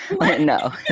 No